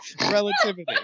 Relativity